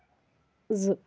زٕ